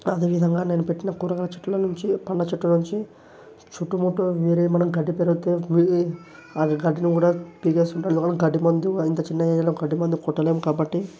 అదే విధంగా నేను పెట్టిన కూరగాయల చెట్లలోంచి పండ్లచెట్లలోంచి చుట్టుముట్టి వేరే ఏమైనా గడ్డి పెరిగితే అవి గడ్డిని కూడా పీకేస్తుంటాను గడ్డి మందు ఆ ఇంత చిన్న ఏరియాలో గడ్డి మందు కొట్టలేము కాబట్టి